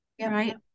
right